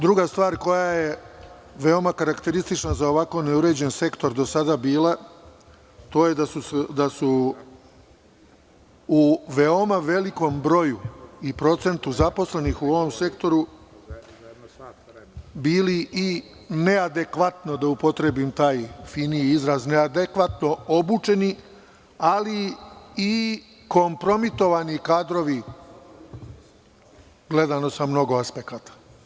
Druga stvar koja je do sada bila veoma karakteristična za ovako neuređen sektor, to je da su u veoma velikom broju i procentu zaposlenih u ovom sektoru bili i neadekvatno, da upotrebim taj fini izraz, obučeni, ali i kompromitovani kadrovi, gledano sa mnogo aspekata.